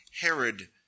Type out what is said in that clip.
Herod